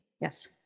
Yes